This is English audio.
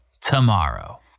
tomorrow